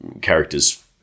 character's